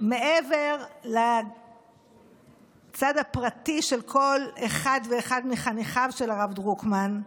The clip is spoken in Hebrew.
מעבר לצד הפרטי של כל אחד ואחד מחניכיו של הרב דרוקמן,